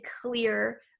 clear